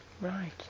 Right